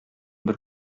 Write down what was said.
бер